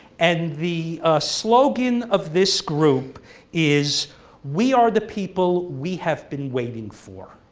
and the slogan of this group is we are the people we have been waiting for.